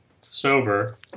sober